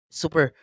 super